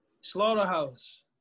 Slaughterhouse